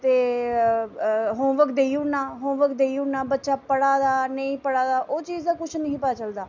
ते होमवर्क देई ओड़ना होमवर्क देईं ओड़ना बच्चा पढ़ा दा नेईं पढ़ा दा उस चीज दा कुछ निहा पता चलदा